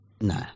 No